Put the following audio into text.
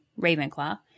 Ravenclaw